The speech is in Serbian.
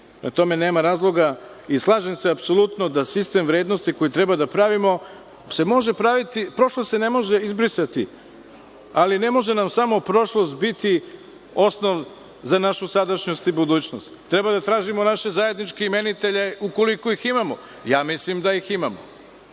tome, nema razloga, i slažem se apsolutno da sistem vrednosti koji treba da pravimo se može praviti. Prošlost se ne može izbrisati, ali ne može nam samo prošlost biti osnov za našu sadašnjost i budućnost. Treba da tražimo naše zajedničke imenitelje, ukoliko ih imamo. Ja mislim da ih imamo,